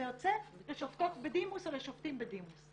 יוצא לשופטות בדימוס או לשופטים בדימוס.